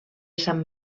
sant